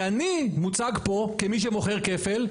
ואני מוצג פה כמי שמוכר כפל,